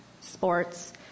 sports